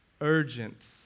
urgent